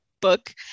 book